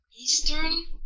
Eastern